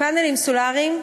פאנלים סולריים,